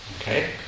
Okay